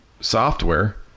software